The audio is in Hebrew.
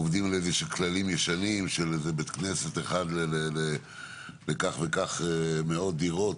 עובדים באיזשהם כללים ישנים של איזשהו בית כנסת אחד לכך כך מאות דירות.